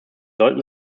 sollten